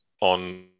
on